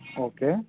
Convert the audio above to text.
okay